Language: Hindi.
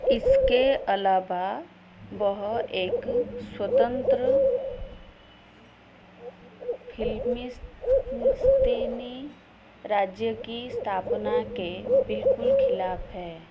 इसके अलावा वह एक स्वतंत्र फिलिस्तीनी राज्य की स्थापना के बिल्कुल ख़िलाफ है